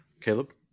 Caleb